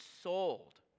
sold